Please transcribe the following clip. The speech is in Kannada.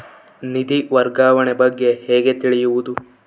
ನಿಧಿ ವರ್ಗಾವಣೆ ಬಗ್ಗೆ ಹೇಗೆ ತಿಳಿಯುವುದು?